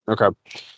okay